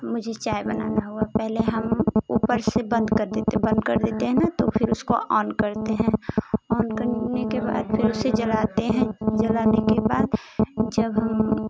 मुझे चाय बनाना हुआ पहले हम ऊपर से बंद कर देते हैं बंद कर देते हैं ना तो फिर उसको ओन करते हैं ओन करने के बाद फिर उसे जलाते हैं जलाने के बाद जब हम